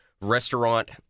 restaurant